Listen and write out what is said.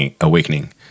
awakening